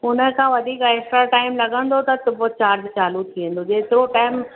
हुन खां वधीक एक्स्ट्रा टाइम लॻंदो त पोइ चार्ज चालु थी वेंदो जेतिरो टाइम